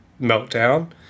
meltdown